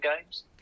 games